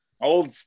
Old